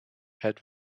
head